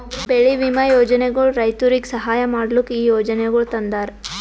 ಬೆಳಿ ವಿಮಾ ಯೋಜನೆಗೊಳ್ ರೈತುರಿಗ್ ಸಹಾಯ ಮಾಡ್ಲುಕ್ ಈ ಯೋಜನೆಗೊಳ್ ತಂದಾರ್